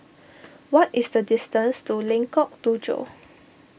what is the distance to Lengkok Tujoh